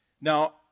Now